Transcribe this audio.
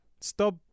Stop